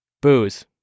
booze